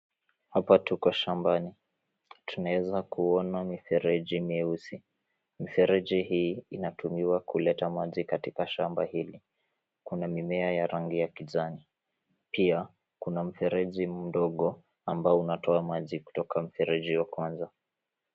Hapa tuko shambani tunaweza kuona mfereji mieusi. Mfereji hii inatumiwa kuleta maji katika shamba hili. Kuna mimea ya rangi ya kijani pia kuna mfereji mdogo ambao unatoa maji kutoka mfereji wa kwanza.